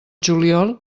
juliol